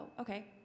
okay